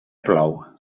plou